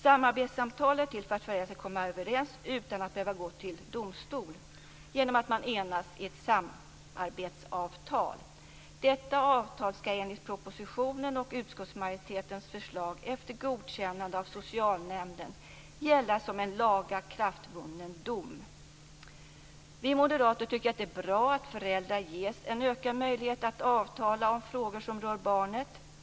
Samarbetssamtal är till för att föräldrarna skall komma överens utan att behöva gå till domstol, nämligen genom att enas om ett samarbetsavtal. Detta avtal skall enligt propositionen och utskottsmajoritetens förslag, efter godkännande av socialnämnden, gälla som en lagakraftvunnen dom. Vi moderater tycker att det är bra att föräldrar ges en ökad möjlighet att avtala om frågor som rör barnet.